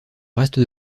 reste